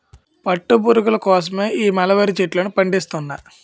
పట్టు పురుగుల కోసమే ఈ మలబరీ చెట్లను పండిస్తున్నా